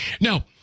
Now